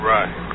Right